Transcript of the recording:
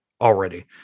already